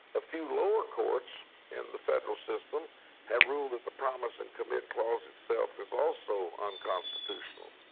a few lower courts in the federal system have ruled that the promise and commit clause itself is also unconstitutional.